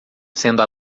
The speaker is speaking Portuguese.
sendo